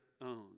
own